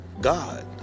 God